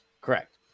correct